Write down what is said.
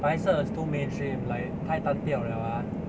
白色 is too mainstream like 太单调 liao ah